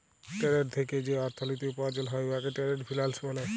trade থ্যাইকে যে অথ্থলিতি উপার্জল হ্যয় উয়াকে টেরেড ফিল্যাল্স ব্যলে